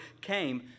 came